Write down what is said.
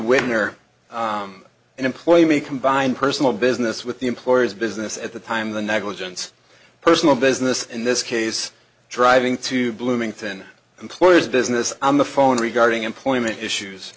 winner employee may combine personal business with the employer's business at the time of the negligence personal business in this case driving to bloomington employer's business on the phone regarding employment issues